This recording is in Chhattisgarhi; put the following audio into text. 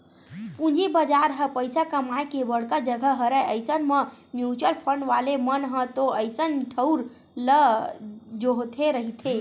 पूंजी बजार ह पइसा कमाए के बड़का जघा हरय अइसन म म्युचुअल फंड वाले मन ह तो अइसन ठउर ल जोहते रहिथे